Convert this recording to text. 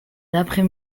l’après